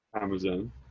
Amazon